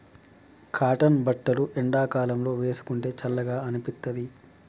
cotton బట్టలు ఎండాకాలం లో వేసుకుంటే చల్లగా అనిపిత్తది